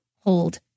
hold